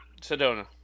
Sedona